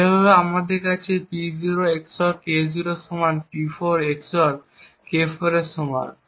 এইভাবে আমাদের কাছে P0 XOR K0 সমান P4 XOR K4 এর সমান